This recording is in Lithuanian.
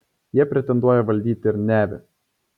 jie pretenduoja valdyti ir nevį